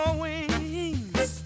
wings